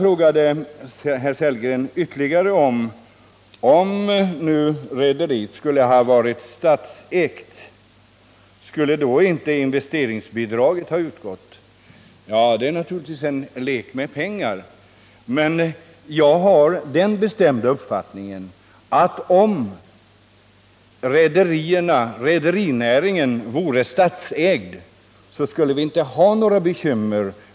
Rolf Sellgren frågade vidare om detta investeringsbidrag inte skulle ha behövt utgå om rederiet hade varit samhällsägt. Det är naturligtvis en lek med ord. Men jag har den bestämda uppfattningen att om rederierna vore statsägda så skulle vi inte ha några sådana här bekymmer.